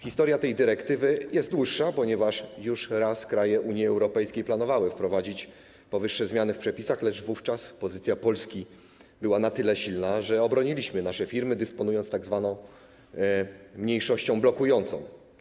Historia tej dyrektywy jest dłuższa, ponieważ już raz kraje Unii Europejskiej planowały wprowadzić powyższe zmiany w przepisach, lecz wówczas pozycja Polski była na tyle silna, że obroniliśmy nasze firmy, dysponując tzw. mniejszością blokującą.